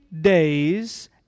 days